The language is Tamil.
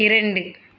இரண்டு